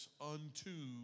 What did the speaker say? unto